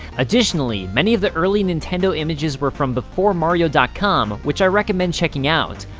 additionally, many of the early nintendo images were from beforemario dot com which i recommend checking out!